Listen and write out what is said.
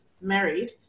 married